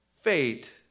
fate